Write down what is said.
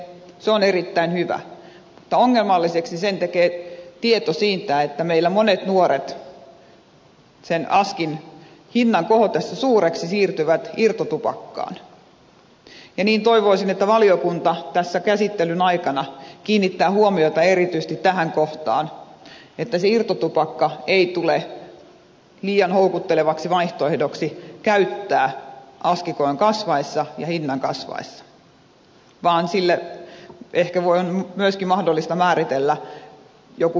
se on erittäin hyvä mutta ongelmalliseksi sen tekee tieto siitä että meillä monet nuoret sen askin hinnan kohotessa suureksi siirtyvät irtotupakkaan ja niinpä toivoisin että valiokunta tässä käsittelyn aikana kiinnittää huomiota erityisesti tähän kohtaan että se irtotupakka ei tule liian houkuttelevaksi vaihtoehdoksi käyttää askikoon kasvaessa ja hinnan kasvaessa vaan sille ehkä on myöskin mahdollista määritellä joku minimikoko